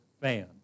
fan